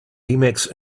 emacs